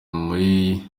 muri